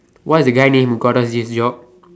what is the guy name who got us this job